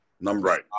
Number